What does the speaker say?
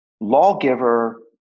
lawgiver